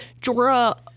Jorah